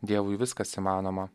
dievui viskas įmanoma